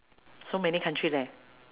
so many country leh